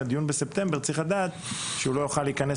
לגבי הדיון בספטמבר צריך לדעת שהוא לא יוכל להיכנס